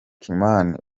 kimani